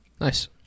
Nice